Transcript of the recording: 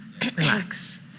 relax